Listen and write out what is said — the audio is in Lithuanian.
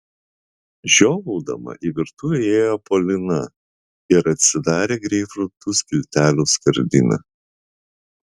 žiovaudama į virtuvę įėjo polina ir atsidarė greipfrutų skiltelių skardinę